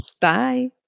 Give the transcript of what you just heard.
Bye